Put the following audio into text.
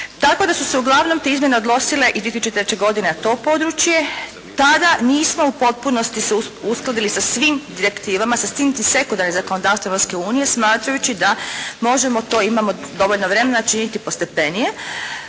Tako da su se uglavnom te izmjene odnosile iz 2003. godine na to područje. Tada nismo u potpunosti se uskladili sa svim direktivama, sa svim …/Govornik se ne razumije./… zakonodavstvom Europske unije smatrajući da možemo, to imamo dovoljno vremena činiti postepenije